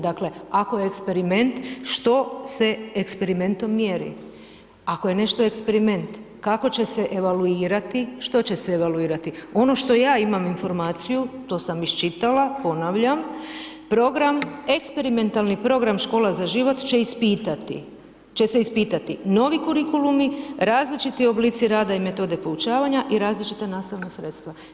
Dakle, ako je eksperiment što se eksperimentom mjeri, ako je nešto eksperiment kako će se evaluirati, što će se evaluirati, ono što ja imama informaciju to sam iščitala, ponavljam program eksperimentalni program škola za život će ispitati, će se ispitati, novi kurikulumi, različiti oblici rada i metode poučavanja i različita nastavna sredstva.